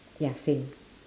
ya same